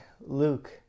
Luke